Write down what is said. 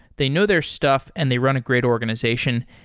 they know their stuff and they run a great organization.